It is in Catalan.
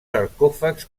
sarcòfags